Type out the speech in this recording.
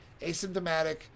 asymptomatic